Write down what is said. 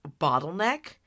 bottleneck